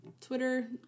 Twitter